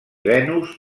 venus